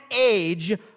age